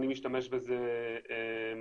אני משתמש בזה קבוע,